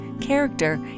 character